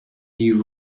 you